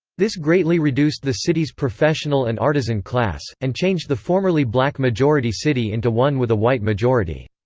this greatly reduced the city's professional and artisan class, and changed the formerly black-majority city into one with a white majority.